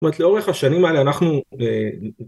זאת אומרת לאורך השנים האלה אנחנו